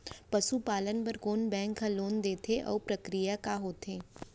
पसु पालन बर कोन बैंक ह लोन देथे अऊ प्रक्रिया का होथे?